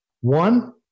one